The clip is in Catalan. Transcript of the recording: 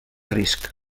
risc